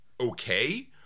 okay